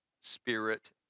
spirit